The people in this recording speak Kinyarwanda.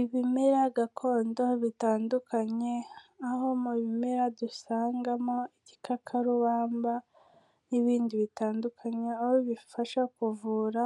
Ibimera gakondo bitandukanye, aho mu bimera dusangamo, igikakarubamba n'ibindi bitandukanye, aho bifasha kuvura